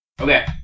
Okay